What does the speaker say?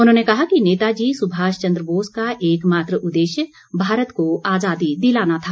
उन्होंने कहा कि नेताजी सुभाष चंद्र बोस का एकमात्र उद्देश्य भारत को आज़ादी दिलाना था